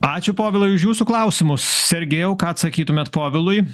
ačiū povilai už jūsų klausimus sergejau ką atsakytumėt povilui